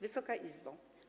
Wysoka Izbo!